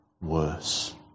worse